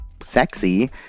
sexy